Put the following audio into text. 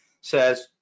says